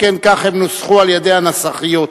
שכן כך הן נוסחו על-ידי הנסחיות,